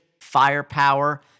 firepower